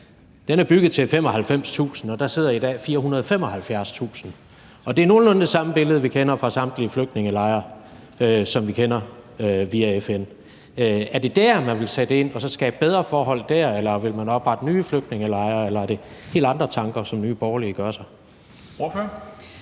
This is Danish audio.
Den er bygget til 95.000 mennesker, og der sidder i dag 475.000 mennesker. Og det er nogenlunde det samme billede, som vi via FN kender fra samtlige flygtningelejre. Er det dér, man vil sætte ind, og så skabe bedre forhold dér? Eller vil man oprette nye flygtningelejre? Eller er det helt andre tanker, som Nye Borgerlige gør sig?